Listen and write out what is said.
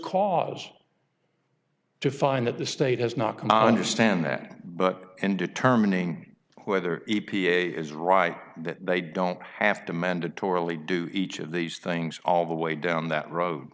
cause to find that the state has not come out understand that but in determining whether e p a is right that they don't have to mandatorily do each of these things all the way down that road